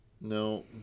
no